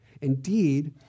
indeed